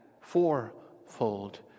fourfold